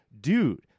dude